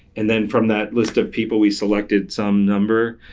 and then from that list of people, we selected some number.